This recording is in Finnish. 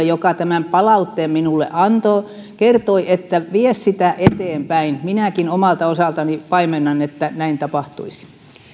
joka tämän palautteen minulle antoi sanoi että vie sitä eteenpäin ja minäkin omalta osaltani paimennan että näin tapahtuisi